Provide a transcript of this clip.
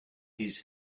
his